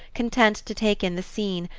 content to take in the scene,